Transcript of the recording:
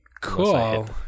Cool